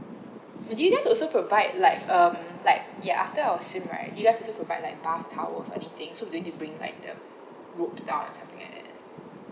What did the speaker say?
would you guys do also provide like um like ya after our swim right do you guys also provide like bath towels everything so we don't need to bring like um rope down or something like that